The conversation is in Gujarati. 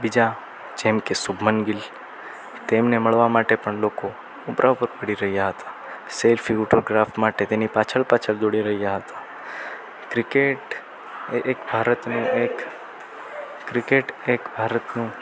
બીજા જેમકે શુભમન ગિલ તેમને મળવા માટે પણ લોકો ઉપરા ઉપર પડી રહ્યા હતા સેલ્ફી ઓટોગ્રાફ માટે પાછળ પાછળ દોડી રહ્યાં હતાં ક્રિકેટ એ એક ભારતનું એક ક્રિકેટ એક ભારતનું